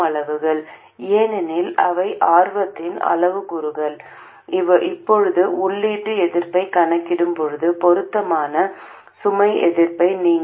எனவே V0 போலவே VDS ஆக இருக்க மாட்டோம் அப்படியானால் நாம் முன்பு விவாதித்தபடி இந்த கட்டுப்பாடு C2 ஆக இருக்கும் 1 0RL